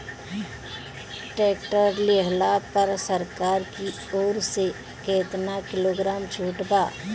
Tractor लिहला पर सरकार की ओर से केतना किलोग्राम छूट बा?